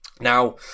Now